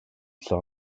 saw